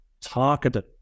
targeted